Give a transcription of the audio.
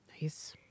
Nice